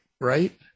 right